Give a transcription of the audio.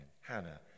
Hannah